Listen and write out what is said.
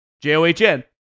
J-O-H-N